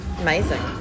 amazing